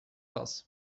das